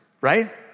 Right